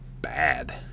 bad